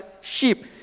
sheep